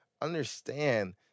understand